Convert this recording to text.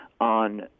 on